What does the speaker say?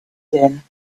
din